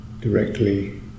directly